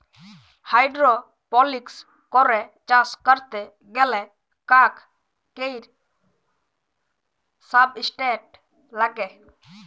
hydroponics করে চাষ ক্যরতে গ্যালে কাক কৈর সাবস্ট্রেট লাগে